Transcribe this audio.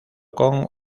con